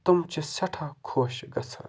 تِم چھِ سٮ۪ٹھاہ خۄش گَژھان